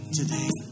today